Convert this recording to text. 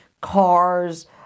cars